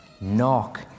Knock